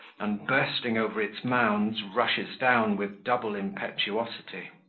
and, bursting over its mounds, rushes down with double impetuosity.